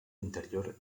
interior